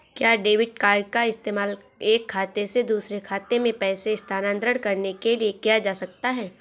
क्या debit card का इस्तेमाल एक खाते से दूसरे खाते में पैसे स्थानांतरण करने के लिए किया जा सकता है?